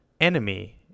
Enemy